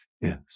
Yes